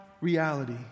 reality